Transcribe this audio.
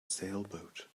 sailboat